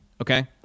okay